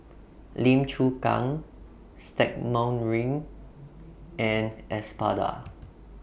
Lim Chu Kang Stagmont Ring and Espada